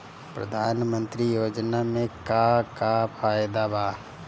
प्रधानमंत्री योजना मे का का फायदा बा?